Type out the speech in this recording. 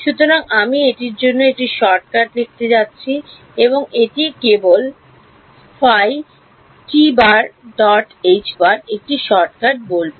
সুতরাং আমি এটির জন্য একটি শর্টকাট লিখতে যাচ্ছি আমি এটিকে কেবল একটি শর্টকাট বলব